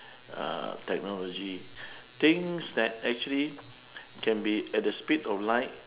uh technology things that actually can be at the speed of light